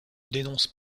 dénonce